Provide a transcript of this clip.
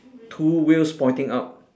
two wheels pointing up